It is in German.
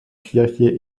kirche